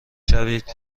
شوید